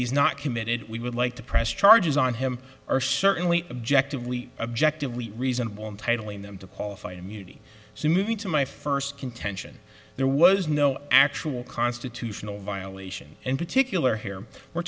he's not committed we would like to press charges on him or certainly objectively objective we reasonable entitling them to qualify immunity so moving to my first contention there was no actual constitutional violation in particular here we're